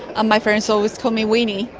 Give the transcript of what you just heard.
ah my parents always call me weenie.